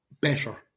better